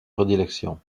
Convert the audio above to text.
prédilection